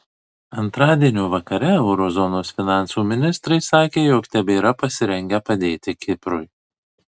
antradienio vakare euro zonos finansų ministrai sakė jog tebėra pasirengę padėti kiprui